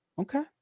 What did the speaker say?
Okay